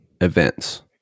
events